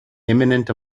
imminent